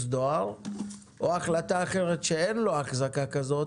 דואר או החלטה אחרת שאין לו אחזקה כזאת